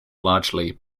largely